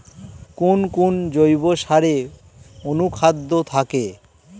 কোন কোন জৈব সারে অনুখাদ্য থাকে?